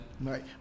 Right